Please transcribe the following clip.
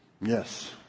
Yes